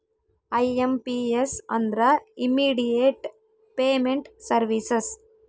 IMPS ಅಂದ್ರ immediate payment services